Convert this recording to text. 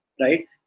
right